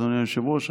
אדוני היושב-ראש,